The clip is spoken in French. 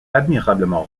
admirablement